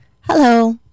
Hello